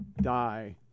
die